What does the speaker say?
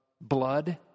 blood